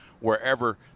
wherever